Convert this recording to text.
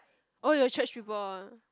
oh your church people ah